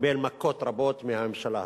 קיבל מכות רבות מהממשלה הזאת,